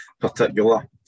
particular